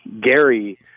Gary